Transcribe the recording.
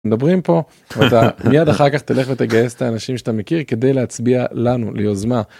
מדברים פה, אתה, מיד אחר כך תלך ותגייס את האנשים שאתה מכיר כדי להצביע לנו ליוזמה.